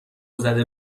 زده